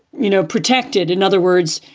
you know, protected. in other words,